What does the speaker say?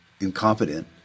incompetent